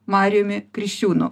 mariumi kriščiūnu